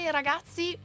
ragazzi